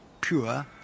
pure